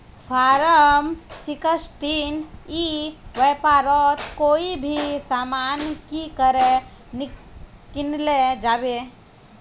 Form sixteen ई व्यापारोत कोई भी सामान की करे किनले जाबे?